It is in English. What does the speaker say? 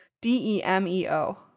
d-e-m-e-o